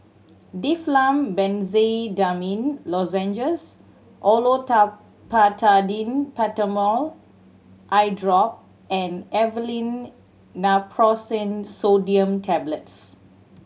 Difflam Benzydamine Lozenges Olopatadine Patanol Eyedrop and Aleve Naproxen Sodium Tablets